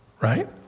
right